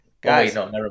Guys